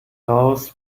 raus